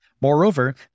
Moreover